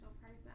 person